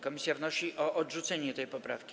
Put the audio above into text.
Komisja wnosi o odrzucenie tej poprawki.